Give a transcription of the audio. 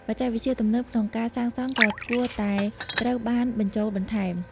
បច្ចេកវិទ្យាទំនើបក្នុងការសាងសង់ក៏គួរតែត្រូវបានបញ្ចូលបន្ថែម។